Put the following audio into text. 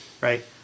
right